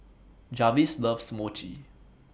Jarvis loves Mochi